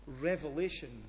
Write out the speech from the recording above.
revelation